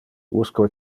usque